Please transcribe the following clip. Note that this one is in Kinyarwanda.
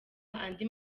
andi